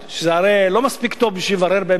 שזה הרי לא מספיק טוב בשביל לברר באמת מהו.